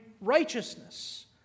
righteousness